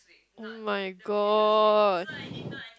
oh-my-God